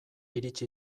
iritsi